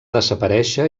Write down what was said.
desaparèixer